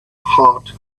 heart